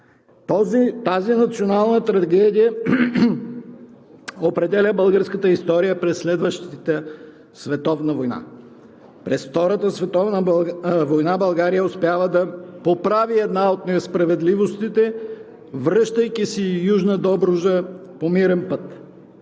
Тази национална трагедия определя българската история през следващата световна война. През Втората световна война България успява да поправи една от несправедливостите, връщайки си Южна Добруджа по мирен път,